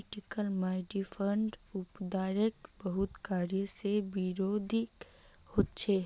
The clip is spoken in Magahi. जेनेटिकली मॉडिफाइड उत्पादेर बहुत कारण से विरोधो होछे